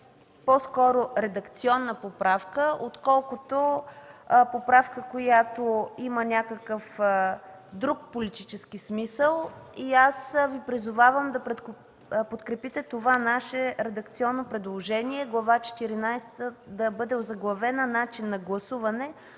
по-скоро редакционна поправка, отколкото поправка, която има някакъв друг политически смисъл. Призовавам Ви да подкрепите това наше редакционно предложение – Глава четиринадесета да бъде озаглавена „Начин на гласуване”,